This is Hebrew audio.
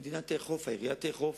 המדינה תאכוף, העירייה תאכוף.